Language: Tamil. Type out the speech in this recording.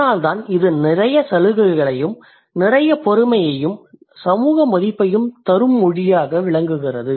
அதனால்தான் இது நிறைய சலுகைகளையும் நிறைய பெருமையும் சமூக மதிப்பையும் தரும் மொழியாக விளங்குகிறது